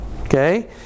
Okay